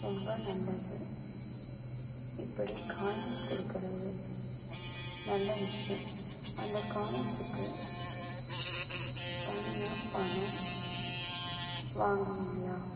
ரொம்ப நல்லது இப்படி காயின்ஸ் கொடுக்கிறது நல்ல விஷயம் அந்த காயின்ஸுக்கு தனியாக பணம் வாங்குவீங்களா